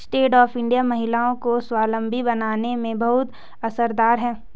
stand up India महिलाओं को स्वावलम्बी बनाने में बहुत असरदार है